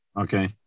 Okay